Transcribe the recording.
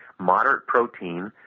moderate protein,